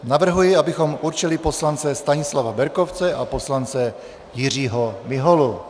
Navrhuji, abychom určili poslance Stanislava Berkovce a poslance Jiřího Miholu.